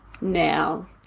now